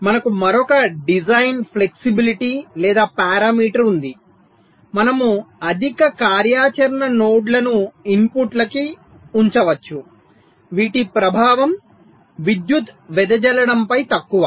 ఇప్పుడు మనకు మరొక డిజైన్ ఫ్లెక్సిబిలిటీ లేదా పారామీటర్ ఉంది మనము అధిక కార్యాచరణ నోడ్లను ఇన్పుట్లకు ఉంచవచ్చు వీటి ప్రభావం విద్యుత్ వెదజల్లడంపై తక్కువ